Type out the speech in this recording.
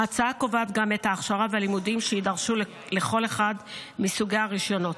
ההצעה קובעת גם את ההכשרה והלימודים שיידרשו לכל אחד מסוגי הרישיונות.